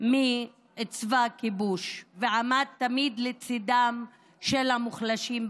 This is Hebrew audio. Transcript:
מצבא הכיבוש ועמד תמיד לצידם של המוחלשים בחברה.